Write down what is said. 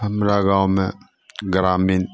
हमरा गाँवमे ग्रामिण